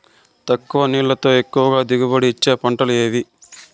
తక్కువ నీళ్లతో ఎక్కువగా దిగుబడి ఇచ్చే పంటలు ఏవి?